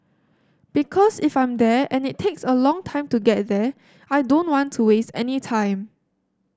because if I'm there and it takes a long time to get there I don't want to waste any time